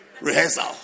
rehearsal